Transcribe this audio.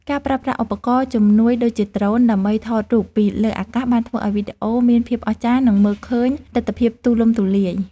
ការប្រើប្រាស់ឧបករណ៍ជំនួយដូចជាដ្រូន ដើម្បីថតរូបភាពពីលើអាកាសបានធ្វើឱ្យវីដេអូមានភាពអស្ចារ្យ និងមើលឃើញទិដ្ឋភាពទូលំទូលាយ។